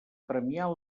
premiar